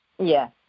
Yes